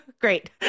great